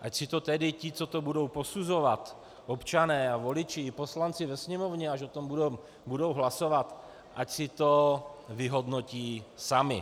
Ať si to tedy ti, co to budou posuzovat, občané a voliči i poslanci ve Sněmovně, až o tom budou hlasovat, ať si to vyhodnotí sami.